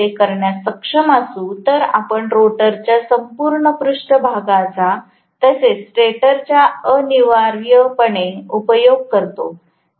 जर आपण ते करण्यास सक्षम असू तर आपण रोटरच्या संपूर्ण पृष्ठभागाचा तसेच स्टेटरचा अनिवार्यपणे उपयोग करतो